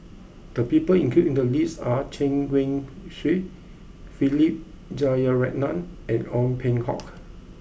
the people included in the list are Chen Wen Hsi Philip Jeyaretnam and Ong Peng Hock